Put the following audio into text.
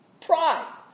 Pride